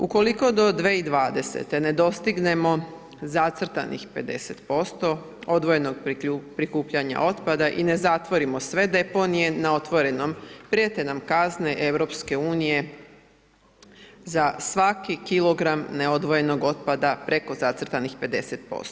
Ukoliko do 2020. ne dostignemo zacrtanog 50%& odvojenog prikupljanja otpada i ne zatvorimo sve deponije na otvorenom, prijete nam kazne EU-a za svaki kilogram neodvojenog otpada preko zacrtanih 50%